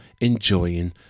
enjoying